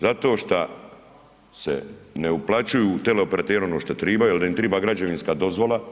Zato što se ne uplaćuju teleoperateri ono što tribaju da im triba građevinska dozvola.